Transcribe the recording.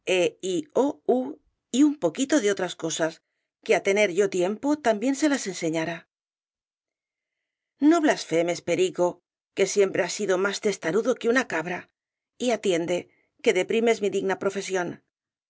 y un poquito de otras cosas que á tener yo tiempo también se las enseñara no blasfemes perico que siempre has sido más testarudo que una cabra y atiende que deprimes mi digna profesión